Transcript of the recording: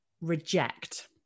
reject